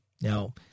Now